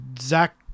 Zach